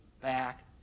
back